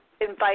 invite